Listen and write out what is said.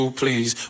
please